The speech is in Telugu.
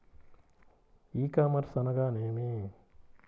ఈ కామర్స్ అనగా నేమి?